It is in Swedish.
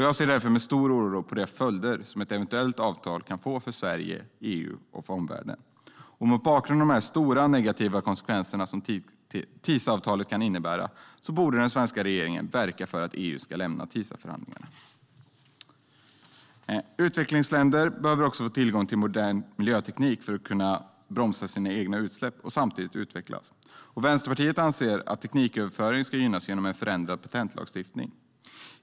Jag ser därför med stor oro på de följder som ett eventuellt avtal kan få för Sverige, EU och omvärlden. Mot bakgrund av de stora negativa konsekvenser som TISA-avtalet kan innebära borde den svenska regeringen verka för att EU ska lämna TISA-förhandlingarna. Utvecklingsländer behöver få tillgång till modern miljöteknik för att kunna bromsa sina egna utsläpp och samtidigt utvecklas. Vänsterpartiet anser att tekniköverföringen skulle gynnas genom en förändrad patentlagstiftning.